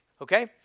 Okay